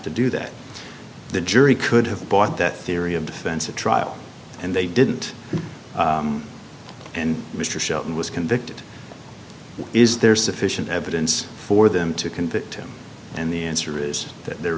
to do that the jury could have bought that theory of defense a trial and they didn't and mr shelton was convicted is there sufficient evidence for them to convict him and the answer is that there